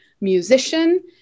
musician